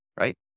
Right